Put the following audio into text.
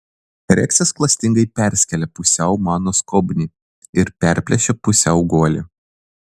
reksas klastingai perskėlė pusiau mano skobnį ir perplėšė pusiau guolį